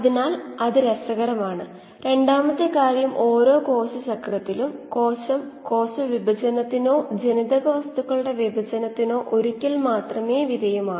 അതായത് വളർച്ചാ നിരക്കിന്റെ അടിസ്ഥാനത്തിൽ സബ്സ്ട്രേറ്റിന്റെ ഉപഭോഗനിരക്കിനെ കാണണം അതായത് യീൽഡ് കോയഫിഷ്യൻറ് Y x Sന് അത് ചെയ്യാൻ കഴിയും